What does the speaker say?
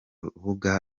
rubuga